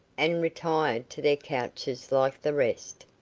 and retired to their couches like the rest.